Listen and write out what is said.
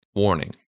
warning